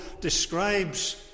describes